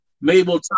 Mabel